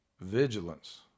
vigilance